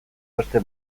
beste